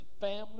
family